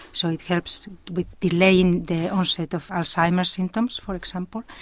so it helps with delaying the onset of alzheimer's symptoms for example.